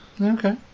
okay